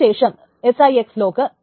അതിനുശേഷം SIX lock